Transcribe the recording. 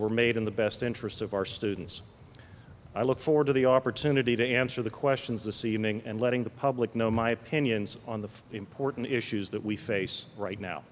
were made in the best interest of our students i look forward to the opportunity to answer the questions the seeming and letting the public know my opinions on the important issues that we face right now